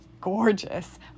gorgeous